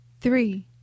three